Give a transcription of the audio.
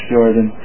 Jordan